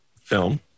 film